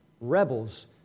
rebels